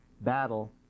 battle